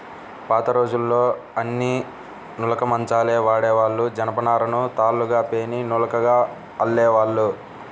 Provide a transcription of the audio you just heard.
పాతరోజుల్లో అన్నీ నులక మంచాలే వాడేవాళ్ళు, జనపనారను తాళ్ళుగా పేని నులకగా అల్లేవాళ్ళు